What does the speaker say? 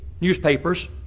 newspapers